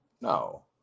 no